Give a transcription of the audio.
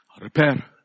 Repair